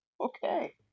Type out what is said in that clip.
Okay